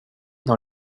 dans